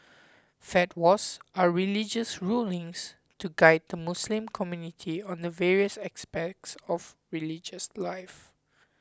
fatwas are religious rulings to guide the Muslim community on the various aspects of religious life